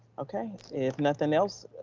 okay, if nothing else,